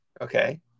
Okay